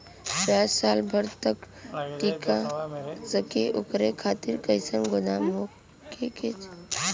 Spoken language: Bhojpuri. प्याज साल भर तक टीका सके ओकरे खातीर कइसन गोदाम होके के चाही?